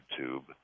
YouTube